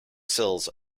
sills